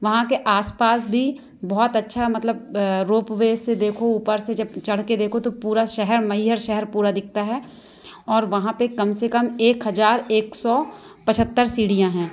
वहाँ के आसपास भी बहुत अच्छा मतलब रोपवे से देखो ऊपर से जब चढ़ कर देखो तो पूरा शहर मैहर शहर पूरा दिखता है और वहाँ पर कम से कम एक हज़ार एक सौ पचहत्तर सीढ़ियाँ हैं